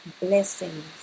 blessings